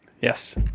yes